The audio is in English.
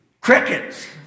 crickets